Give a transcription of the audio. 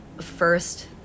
first